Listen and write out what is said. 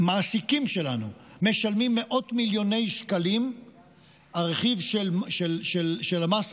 המעסיקים שלנו משלמים מאות מיליוני שקלים על הרכיב של המס,